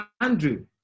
Andrew